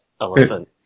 elephant